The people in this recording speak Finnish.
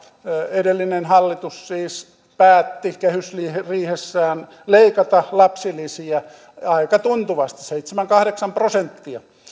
edellinen hallitus siis päätti kehysriihessään leikata lapsilisiä aika tuntuvasti seitsemän viiva kahdeksan prosenttia